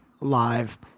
live